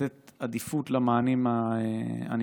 לתת עדיפות למענים הנדרשים.